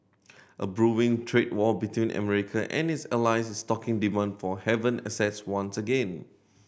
a brewing trade war between America and its allies is stoking demand for haven assets once again